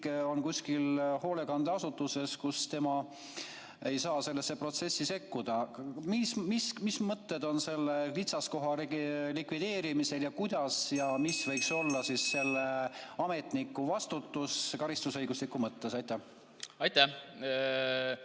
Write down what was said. on kusagil hoolekandeasutuses, kus tema ei saa sellesse protsessi sekkuda. Mis mõtted on selle kitsaskoha likvideerimisel? (Juhataja helistab kella.) Mis võiks olla selle ametniku vastutus karistusõiguslikus mõttes? Aitäh,